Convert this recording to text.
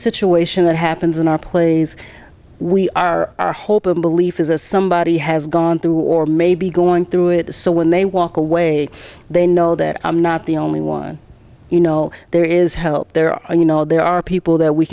situation that happens in our plays we are our hope and belief is that somebody has gone through or may be going through it so when they walk away they know that i'm not the only one you know there is help there are you know there are people that we